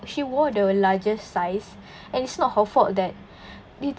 she wore the largest size and it's not her fault that they